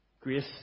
Grace